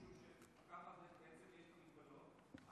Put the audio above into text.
משום שגם ככה בעצם יש הגבלות,